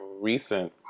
recent